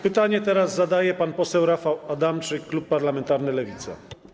Pytanie teraz zadaje pan poseł Rafał Adamczyk, klub parlamentarny Lewica.